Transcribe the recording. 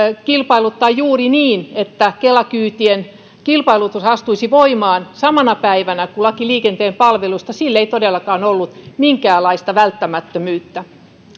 kilpailuttaa juuri niin että kela kyytien kilpailutus astuisi voimaan samana päivänä kuin laki liikenteen palveluista ei todellakaan ollut minkäänlaista välttämättömyyttä